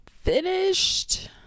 finished